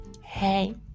hey